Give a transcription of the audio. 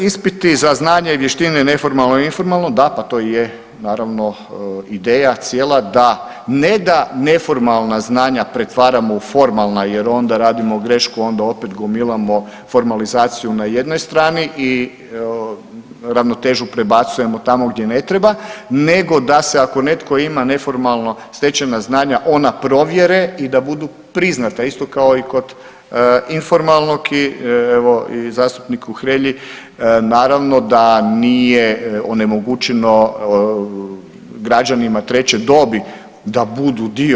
Ispiti za znanje i vještine neformalno informalno, da pa to i je naravno ideja cijela ne da neformalna znanja pretvaramo u formalna jer onda radimo grešku onda opet gomilamo formalizaciju na jednoj strani i ravnotežu prebacujemo tamo gdje ne treba, nego da se ako netko ima neformalno stečena znanja ona provjere i da budu priznata isto kao i kod informalnog i evo zastupniku Hrelji naravno da nije onemogućeno građanima treće dobi da budu dio.